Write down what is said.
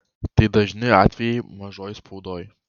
tai dažni atvejai mažoj spaudoj